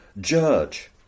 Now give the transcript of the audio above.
judge